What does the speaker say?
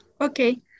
Okay